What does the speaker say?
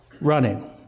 running